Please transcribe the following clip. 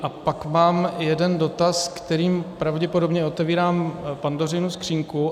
A pak mám jeden dotaz, kterým pravděpodobně otevírám Pandořinu skříňku.